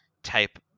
type